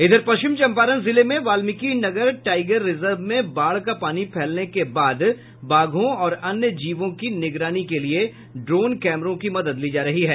इधर पश्चिम चम्पारण जिले में वाल्मीकि नगर टाईगर रिजर्व में बाढ़ का पानी फैलने के बाद बाघों और अन्य जीवों की निगरानी के लिए ड्रोन कैमरों की मदद ली जा रही है